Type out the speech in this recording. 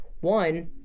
one